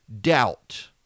doubt